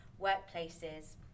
workplaces